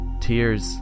tears